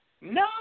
no